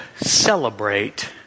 celebrate